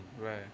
Right